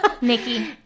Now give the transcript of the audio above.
Nikki